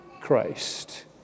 Christ